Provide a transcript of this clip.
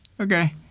okay